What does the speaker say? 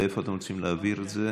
לאן אתם רוצים להעביר את זה?